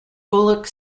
bullock